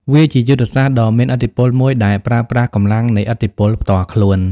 វាជាយុទ្ធសាស្ត្រដ៏មានឥទ្ធិពលមួយដែលប្រើប្រាស់កម្លាំងនៃឥទ្ធិពលផ្ទាល់ខ្លួន។